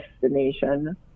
destination